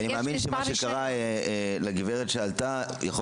כי אני מאמין שמה שקרה לגב' שעלתה יכול